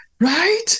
right